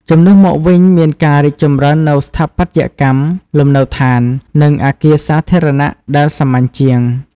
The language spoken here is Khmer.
ជំនួសមកវិញ មានការរីកចម្រើននូវស្ថាបត្យកម្មលំនៅឋាន និងអគារសាធារណៈដែលសាមញ្ញជាង។